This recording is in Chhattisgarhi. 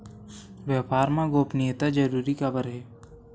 व्यापार मा गोपनीयता जरूरी काबर हे?